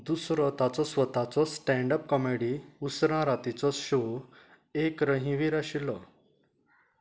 दुसरो ताचो स्वताचो स्टँड अप कॉमेडी उसरां रातीचो शो एक रहीं वीर आशिल्लो